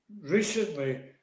recently